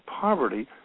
poverty